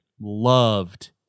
loved